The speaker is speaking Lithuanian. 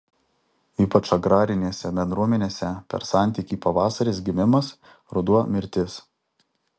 ypač agrarinėse bendruomenėse per santykį pavasaris gimimas ruduo mirtis